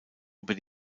über